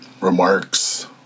remarks